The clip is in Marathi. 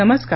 नमस्कार